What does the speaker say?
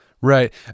Right